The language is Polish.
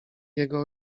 jego